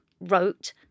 Wrote